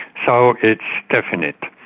so it's definite.